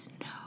no